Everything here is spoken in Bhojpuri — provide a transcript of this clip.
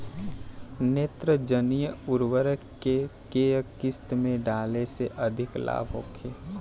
नेत्रजनीय उर्वरक के केय किस्त में डाले से अधिक लाभ होखे?